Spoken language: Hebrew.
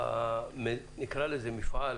נקרא לזה מפעל,